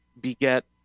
beget